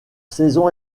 saison